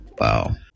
Wow